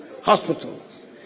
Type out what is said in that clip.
hospitals